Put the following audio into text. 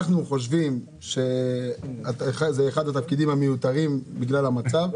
אנחנו חושבים שזה אחד התפקידים המיותרים בגלל המצב.